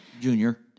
Junior